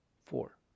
four